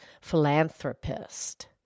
philanthropist